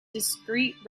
discreet